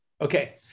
Okay